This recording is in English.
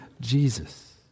Jesus